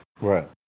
Right